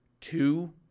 Two